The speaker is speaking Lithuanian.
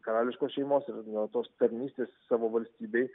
karališkos šeimos ir na tos tarnystės savo valstybei